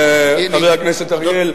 חבר הכנסת אריאל,